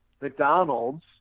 mcdonald's